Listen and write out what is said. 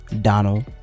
Donald